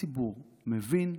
הציבור מבין.